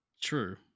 True